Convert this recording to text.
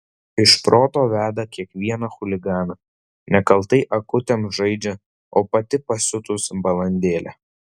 iš proto veda kiekvieną chuliganą nekaltai akutėm žaidžia o pati pasiutus balandėlė